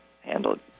handled